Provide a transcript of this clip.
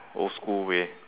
old school way